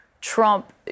Trump